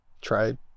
try